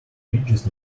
bridges